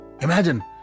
Imagine